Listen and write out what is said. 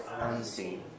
unseen